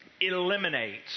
eliminates